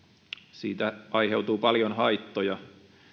siitä aiheutuu paljon haittoja